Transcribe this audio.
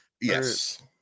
Yes